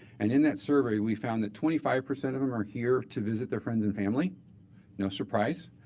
and in that survey, we found that twenty five percent of them are here to visit their friends and family no surprise,